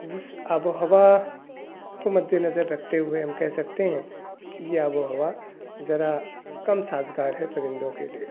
اس آب و ہوا کو مدّ نظر رکھتے ہوئے ہم کہہ سکتے ہیں کہ یہ آب و ہوا ذرا کم سازگار ہے پرندوں کے لیے